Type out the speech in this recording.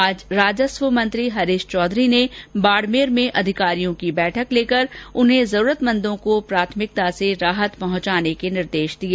आज राजस्व मंत्री हरीश चौधरी ने बाड़मेर में अधिकारियों की बैठक लेकर उन्हें जरूरतमंदों को प्राथमिकता से राहत पहुंचाने के निर्देश दिए